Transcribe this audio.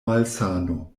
malsano